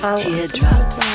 teardrops